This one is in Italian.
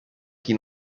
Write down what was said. chi